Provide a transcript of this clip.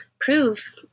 prove